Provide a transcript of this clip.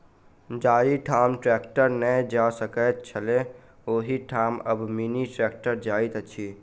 जाहि ठाम ट्रेक्टर नै जा सकैत छलै, ओहि ठाम आब मिनी ट्रेक्टर जाइत अछि